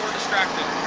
distracted.